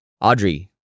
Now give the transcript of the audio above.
audrey